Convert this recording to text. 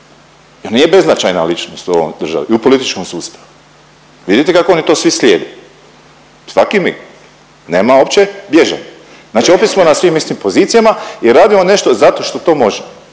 On nije beznačajna ličnost u ovoj državi u političkom sustavu. Vidite kako oni to svi slijede, svaki mig nema uopće bježanja. Znači opet smo na svim istim pozicijama i radimo nešto zato što to možemo.